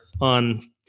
On